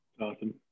Awesome